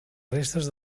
restes